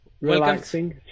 relaxing